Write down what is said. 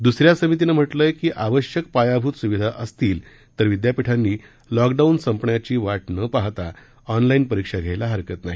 द्सऱ्या समितीनं म्हटलं आहे की आवश्यक पायाभूत सुविधा असतील तर विद्यापीठांनी लॉकडाऊन संपण्याची वाट न पाहता ऑनलाईन परीक्षा घ्यायला हरकत नाही